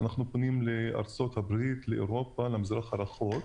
לארצות הברית, לאירופה, למזרח הרחוק,